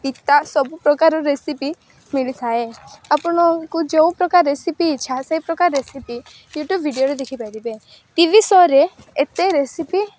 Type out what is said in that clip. ପିତା ସବୁପ୍ରକାର ରେସିପି ମିଳିଥାଏ ଆପଣଙ୍କୁ ଯେଉଁପ୍ରକାର ରେସିପି ଇଚ୍ଛା ସେପ୍ରକାର ରେସିପି ୟୁଟ୍ୟୁବ ଭିଡ଼ିଓରେ ଦେଖିପାରିବେ ଟି ଭି ସୋ'ରେ ଏତେ ରେସିପି